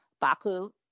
Baku